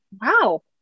wow